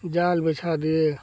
जाल बिछा दिए